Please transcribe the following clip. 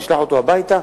נשלח אותו הביתה.